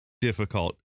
difficult